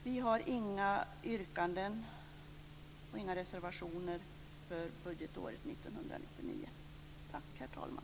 Vi har inga yrkanden och inga reservationer för budgetåret 1999. Tack, herr talman!